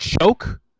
choke